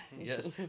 Yes